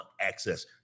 access